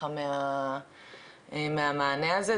נחה מהמענה הזה,